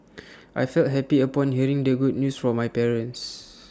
I felt happy upon hearing the good news from my parents